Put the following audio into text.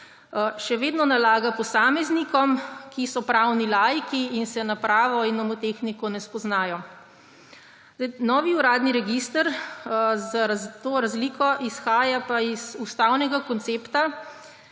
še vedno nalaga posameznikom, ki so pravni laiki in se na pravo in nomotehniko ne spoznajo. Novi uradni register pa za razliko izhaja iz ustavnega koncepta,